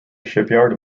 shipyard